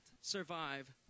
survive